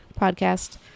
podcast